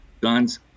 guns